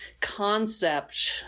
concept